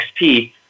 XP